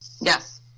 Yes